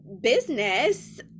business